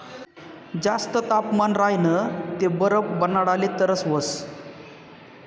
जास्त तापमान राह्यनं ते बरफ बनाडाले तरास व्हस